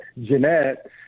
Jeanette